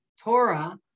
Torah